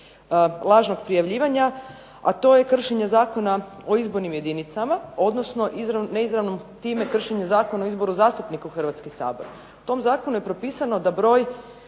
lažnog prijavljivanja, a to je kršenje Zakona o izbornim jedinicama, odnosno neizravno time kršenje Zakona o izbora zastupnika u Hrvatski sabor. U tom zakonu je propisano da broj